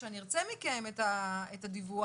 כשנרצה מכם את הדיווח,